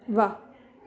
ਵਾਹ